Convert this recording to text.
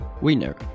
winner